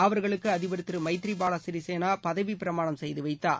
அவர்களுக்கு அதிபர் திரு மைத்ரிபால சிறிசேன பதவிப்பிரமாணம் செய்து வைத்தார்